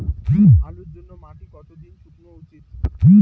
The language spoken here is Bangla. আলুর জন্যে মাটি কতো দিন শুকনো উচিৎ?